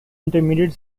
intermediate